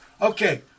Okay